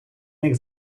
них